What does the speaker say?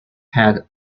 head